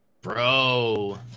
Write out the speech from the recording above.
Bro